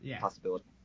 possibility